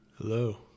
Hello